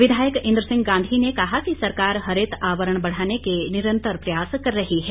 विधायक इंद्र सिंह गांधी ने कहा कि सरकार हरित आवरण बढ़ाने के निरंतर प्रयास कर रही है